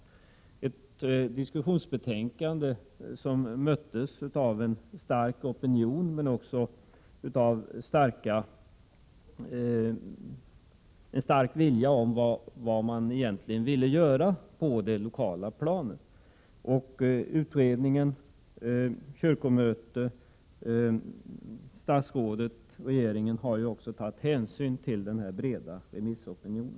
Detta diskussionsbetänkande möttes av en stark opinion men också av en stark viljeyttring om vad man egentligen ville göra på det lokala planet. Utredningen, kyrkomötet, statsrådet och regeringen har också tagit hänsyn till denna breda remissopinion.